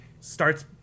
starts